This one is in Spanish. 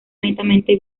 netamente